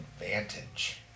advantage